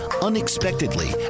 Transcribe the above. unexpectedly